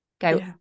go